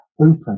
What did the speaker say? open